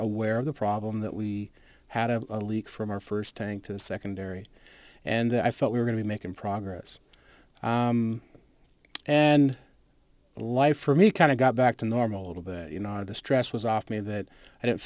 aware of the problem that we had a leak from our first tank to the secondary and i felt we were going to make in progress and life for me kind of got back to normal a little bit you know the stress was off me that i didn't